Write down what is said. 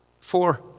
four